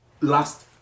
last